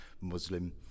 Muslim